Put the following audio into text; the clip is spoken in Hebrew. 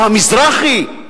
או "המזרחי",